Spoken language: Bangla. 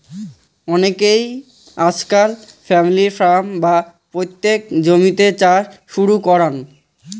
অনেইকে আজকাল ফ্যামিলি ফার্ম, বা পৈতৃক জমিতে চাষ শুরু করাং